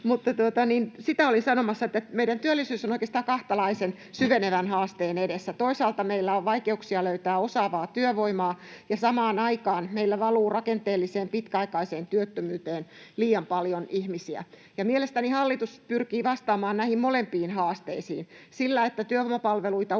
Sitä olin sanomassa, että meidän työllisyys on oikeastaan kahtalaisen syvenevän haasteen edessä. Toisaalta meillä on vaikeuksia löytää osaavaa työvoimaa, ja samaan aikaan meillä valuu rakenteelliseen pitkäaikaiseen työttömyyteen liian paljon ihmisiä. Mielestäni hallitus pyrkii vastaamaan näihin molempiin haasteisiin sillä, että työvoimapalveluita